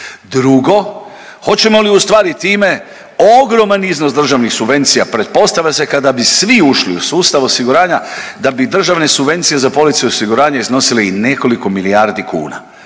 Drugo, hoćemo li ustvari time ogroman iznos državnih subvencija, pretpostavlja se kada bi svi ušli u sustav osiguranja da bi državne subvencije za police osiguranja iznosile i nekoliko milijardi kuna.